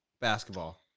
basketball